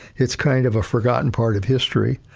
it's kind of a forgotten part of history.